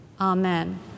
Amen